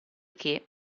che